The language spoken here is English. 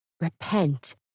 Repent